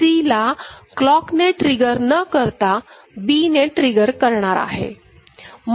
Cला क्लॉकने ट्रिगर न करता B ने ट्रिगर करणार आहे